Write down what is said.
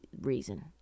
reason